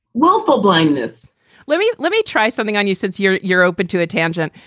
willful blindness let me let me try something on you since you're you're open to a tangent.